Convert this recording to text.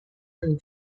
and